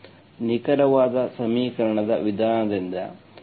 ಸರಿ ನಿಖರವಾದ ಸಮೀಕರಣ ವಿಧಾನದಿಂದ